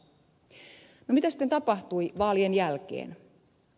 no mitä sitten tapahtui vaalien jälkeen